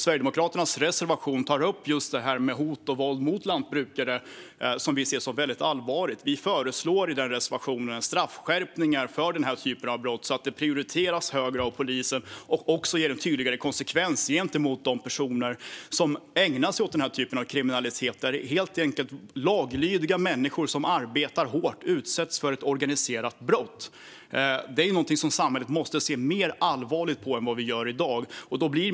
Sverigedemokraternas reservation tar upp just detta med hot och våld mot lantbrukare, som vi ser som väldigt allvarligt. Vi föreslår i reservationen straffskärpningar för denna typ av brott så att de prioriteras högre av polisen och även ger en tydligare konsekvens för de personer som ägnar sig åt denna typ av kriminalitet, där laglydiga människor som arbetar hårt utsätts för ett organiserat brott. Detta är någonting som samhället måste se mer allvarligt på än vad som är fallet i dag.